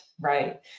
right